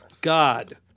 god